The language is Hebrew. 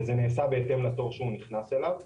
וזה נעשה בהתאם לתור שהוא נכנס אליו.